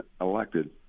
elected